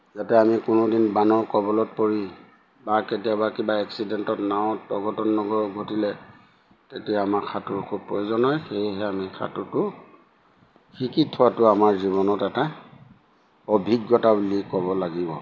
যাতে আমি কোনো দিন বানৰ কবলত পৰি বা কেতিয়াবা কিবা এক্সিডেণ্টত নাৱত অঘটন নগ ঘটিলে তেতিয়া আমাৰ সাঁতোৰ খুব প্ৰয়োজন হয় সেয়েহে আমি সাঁতোৰটো শিকি থোৱাটো আমাৰ জীৱনত এটা অভিজ্ঞতা বুলি ক'ব লাগিব